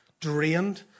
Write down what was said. drained